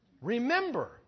Remember